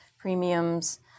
premiums